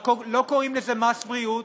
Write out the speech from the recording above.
רק לא קוראים לזה מס בריאות,